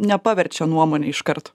nepaverčiau nuomone iš karto